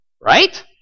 Right